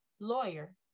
lawyer